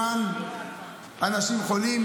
למען אנשים חולים,